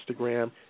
Instagram